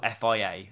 FIA